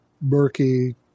murky